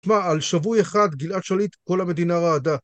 שמע על שבוע אחד גלעד שליט כל המדינה רעדה